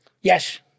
Yes